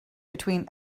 between